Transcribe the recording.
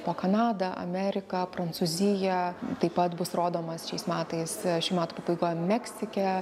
po kanadą ameriką prancūziją taip pat bus rodomas šiais metais šių metų pabaigoj meksike